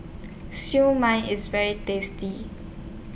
Siew Mai IS very tasty